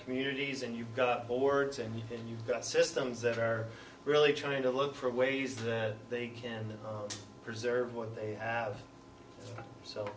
communities and you've got boards and then you've got systems that are really trying to look for ways that they can preserve what they have so